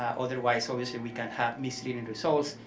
um otherwise obviously we can have misleading results,